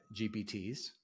GPTs